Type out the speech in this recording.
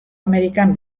amerikan